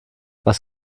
was